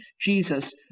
Jesus